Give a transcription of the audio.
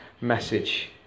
message